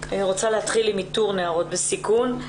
רוצה להתחיל עם איתור נערות בסיכון.